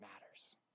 matters